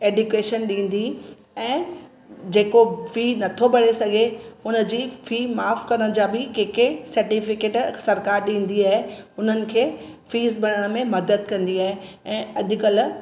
education ॾींदी ऐं जेको फी नथो भरे सघे उन जी फी माफ़ करणु जा बि कंहिं कंहिं सर्टिफिकेट सरकार डींदी आहे उन्हनि खे फीस भरण में मदद कंदी आहे ऐं अॼुकल्ह